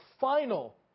final